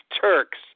Turks